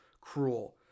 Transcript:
cruel